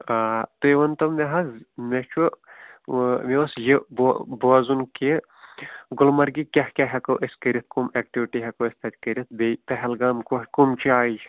آ تُہۍ ؤنتو مےٚ حظ مےٚ چھُ مےٚ اوس یہِ بو بوزُن کہِ گُلمرگہِ کیٛاہ کیٛاہ ہٮ۪کو أسی کٔرِتھ کٕم ایٚکٹوٹی ہٮ۪کو أسۍ تَتہِ کٔرِتھ بیٚیہِ پیٚہلگام کٕم جایہِ چھِ